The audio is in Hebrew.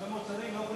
הרבה מאוד שרים לא,